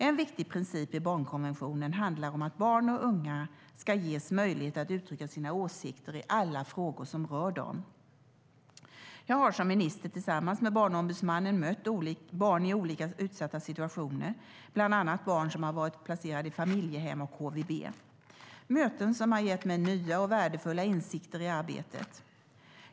En viktig princip i barnkonventionen handlar om att barn och unga ska ges möjlighet att uttrycka sina åsikter i alla frågor som rör dem. Jag har som minister tillsammans med Barnombudsmannen mött barn i olika utsatta situationer, bland annat barn som har varit placerade i familjehem och HVB. Det är möten som har gett mig nya och värdefulla insikter i arbetet.